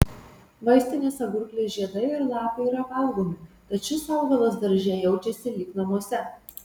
vaistinės agurklės žiedai ir lapai yra valgomi tad šis augalas darže jaučiasi lyg namuose